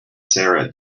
sarah